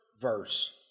verse